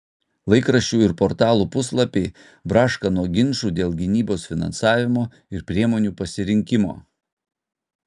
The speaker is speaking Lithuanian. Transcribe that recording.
laikraščių ir portalų puslapiai braška nuo ginčų dėl gynybos finansavimo ir priemonių pasirinkimo